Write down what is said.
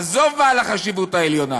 עזוב בעל החשיבות העליונה,